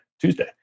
Tuesday